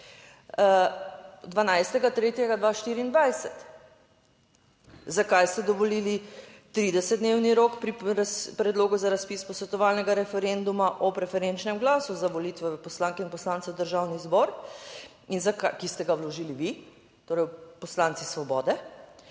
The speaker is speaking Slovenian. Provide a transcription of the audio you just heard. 12. 3. 2024? Zakaj ste dovolili 30-dnevni rok pri predlogu za razpis posvetovalnega referenduma o preferenčnem glasu za volitve poslank in poslancev v Državni zbor, ki ste ga vložili vi, torej poslanci Svobode?